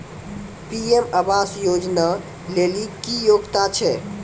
PM आवास योजना लेली की योग्यता छै?